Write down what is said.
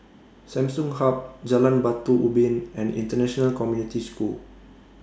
Samsung Hub Jalan Batu Ubin and International Community School